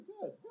good